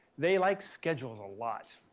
they like schedules a lot.